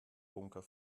bunker